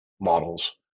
models